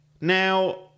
Now